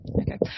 Okay